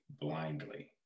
blindly